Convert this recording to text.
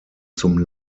zum